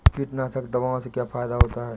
कीटनाशक दवाओं से क्या फायदा होता है?